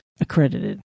accredited